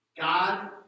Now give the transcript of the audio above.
God